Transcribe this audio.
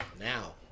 now